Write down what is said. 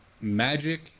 Magic